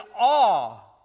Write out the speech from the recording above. awe